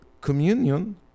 communion